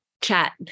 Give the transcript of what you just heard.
chat